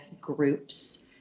groups